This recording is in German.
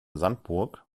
sandburg